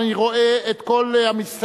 אני רואה את כל המסתייגים,